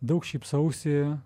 daug šypsausi